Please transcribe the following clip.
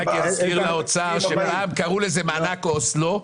פעם קראו לזה מענק אוסלו.